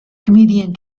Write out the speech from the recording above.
comedian